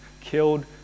killed